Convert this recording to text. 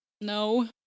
no